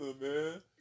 man